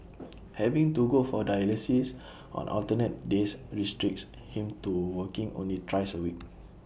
having to go for dialysis on alternate days restricts him to working only thrice A week